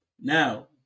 Now